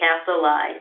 capitalize